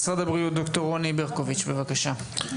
משרד הבריאות, ד"ר רוני ברקוביץ', בבקשה.